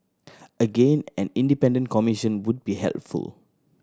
again an independent commission would be helpful